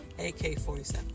AK-47